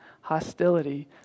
hostility